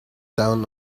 down